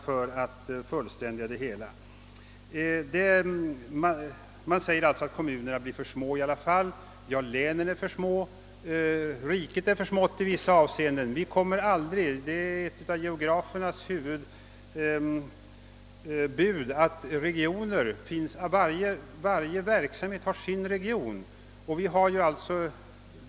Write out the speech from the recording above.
Det görs gällande att kommunerna i alla fall blir för små. Ja, för vissa uppgifter är länen för små och i vissa avseenden utgör till och med riket en för liten »region». Ett av geografernas huvudbud är att varje verksamhet kräver sin region.